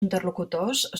interlocutors